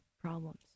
problems